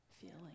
feeling